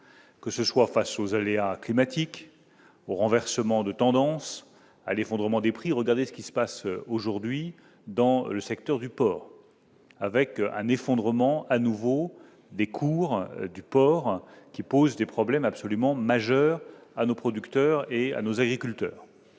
que ce soit face aux aléas climatiques renversement de tendance à l'effondrement des prix, regardez ce qui se passe aujourd'hui dans le secteur du port avec un effondrement à nouveau des cours du porc qui pose des problèmes absolument majeur à nos producteurs et à nos agriculteurs,